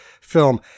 film